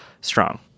strong